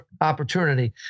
opportunity